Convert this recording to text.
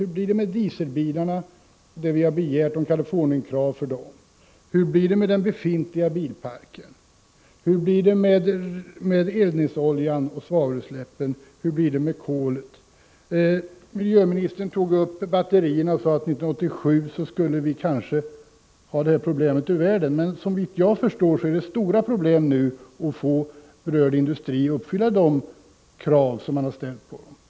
Hur blir det med dieselbilarna, där vi har begärt kaliforniska krav? Hur blir det med den befintliga bilparken, hur blir det med eldningsoljan och svavelutsläppen, hur blir det med kolet? Miljöministern tog upp frågan om batterierna och sade att vi år 1987 kanske skulle ha det problemet ur världen. Men såvitt jag förstår är det stora svårigheter att få berörd industri att uppfylla de krav som man ställt.